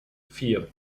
vier